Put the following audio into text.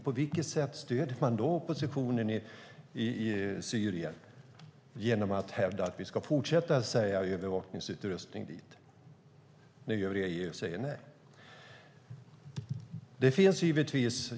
På vilket sätt stöder man oppositionen i Syrien genom att hävda att vi ska fortsätta att sälja övervakningsutrustning dit när övriga EU säger nej?